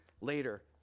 later